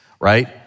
right